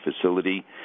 facility